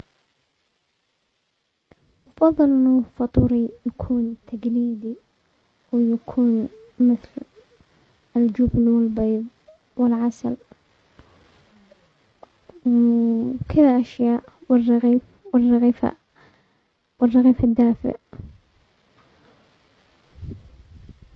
بفضل انه فطوري يكون تقليدي ويكون مثل الجبن والبيض والعسل كاشياء و الرغيف-الرغيفة- والرغيف الدافئ.